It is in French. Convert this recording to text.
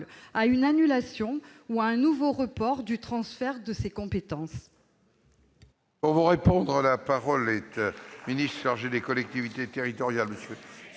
à une annulation ou à un nouveau report du transfert de ces compétences